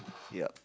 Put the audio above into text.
yup